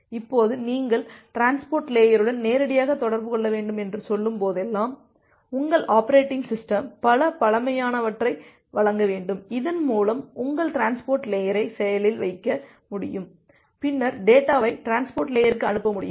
இப்போது நீங்கள் டிரான்ஸ்போர்ட் லேயருடன் நேரடியாக தொடர்பு கொள்ள வேண்டும் என்று சொல்லும் போதெல்லாம் உங்கள் அப்ரேட்டிங் சிஸ்டம் சில பழமையானவற்றை வழங்க வேண்டும் இதன் மூலம் உங்கள் டிரான்ஸ்போர்ட் லேயரை செயலில் வைக்க முடியும் பின்னர் டேட்டாவை டிரான்ஸ்போர்ட் லேயர்க்கு அனுப்ப முடியும்